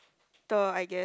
(duh) I guess